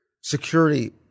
security